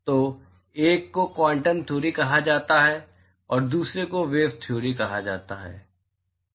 तो 1 को quantum theory कहा जाता है और दूसरे को वेव थियोरी कहा जाता है